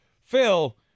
Phil